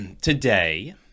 today